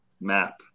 map